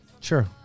Sure